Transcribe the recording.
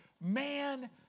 man